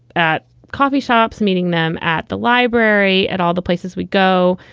at coffee shops, meeting them at the library at all the places we go.